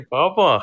Papa